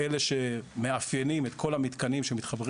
אלה שמאפיינים את כל המתקנים שמתחברים